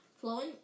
flowing